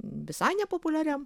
visai nepopuliariam